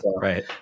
Right